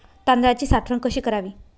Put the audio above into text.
तांदळाची साठवण कशी करावी?